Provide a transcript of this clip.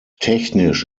technisch